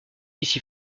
ici